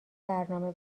برنامه